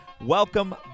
welcome